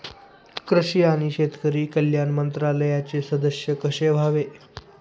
कृषी आणि शेतकरी कल्याण मंत्रालयाचे सदस्य कसे व्हावे?